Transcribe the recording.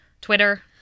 Twitter